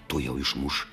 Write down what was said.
tuojau išmuš